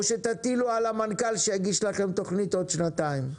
שתטילו על המנכ"ל שיגיש לכם תכנית עוד שנתיים?